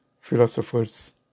philosophers